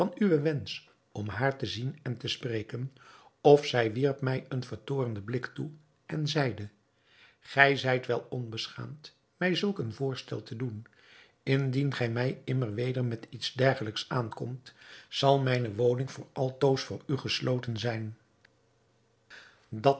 uwen wensch om haar te zien en te spreken of zij wierp mij een vertoornden blik toe en zeide gij zijt wel onbeschaamd mij zulk een voorstel te doen indien gij mij immer weder met iets dergelijks aankomt zal mijne woning voor altoos voor u gesloten zijn